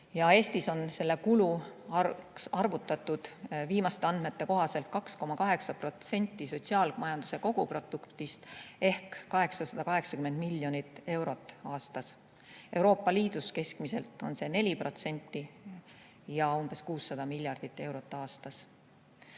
Eestis on selle kulu suuruseks arvutatud viimaste andmete kohaselt 2,8% [sise]majanduse koguproduktist ehk 880 miljonit eurot aastas. Euroopa Liidus keskmiselt on see 4% ehk 600 miljardit eurot aastas.